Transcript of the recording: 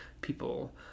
people